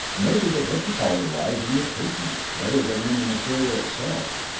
maybe the difficulty lies in your treatment, rather than in the material itself.